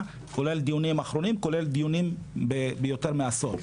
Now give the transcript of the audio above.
כולל דיונים אחרונים כולל דיונים ביותר מעשור.